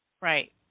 right